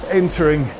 entering